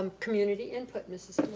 um community input, mrs.